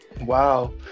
wow